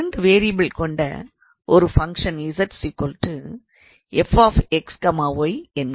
இரண்டு வேரியபில் கொண்ட ஒரு ஃபங்க்ஷன் 𝑧 𝑓𝑥 𝑦 என்க